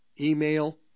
email